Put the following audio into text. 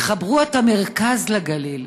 תחברו את המרכז לגליל.